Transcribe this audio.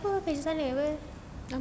aku kerja sana [pe]